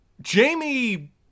jamie